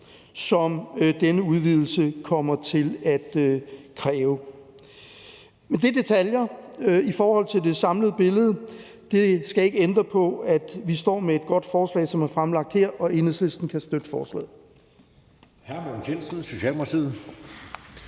som denne udvidelse kommer til at kræve. Men det er detaljer i forhold til det samlede billede. Det skal ikke ændre på, at vi står med et godt forslag her, og Enhedslisten kan støtte forslaget.